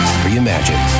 Reimagine